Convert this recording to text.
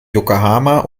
yokohama